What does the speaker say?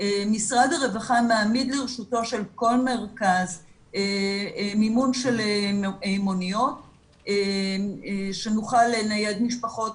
משרד הרווחה מעמיד לרשותו של כל מרכז מימון של מוניות שנוכל לנייד משפחות